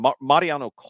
Mariano